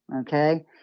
okay